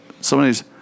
somebody's